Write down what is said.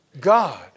God